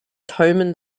thomen